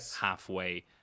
halfway